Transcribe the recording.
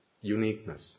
uniqueness